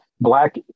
Black